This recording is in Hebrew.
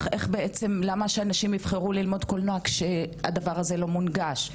למה שאנשים יבחרו ללמוד קולנוע כשהדבר הזה לא מונגש.